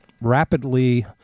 rapidly